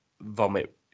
vomit